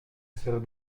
sœur